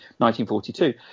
1942